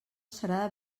serà